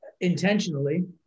intentionally